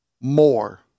more